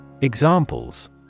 Examples